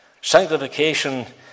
Sanctification